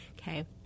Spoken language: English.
okay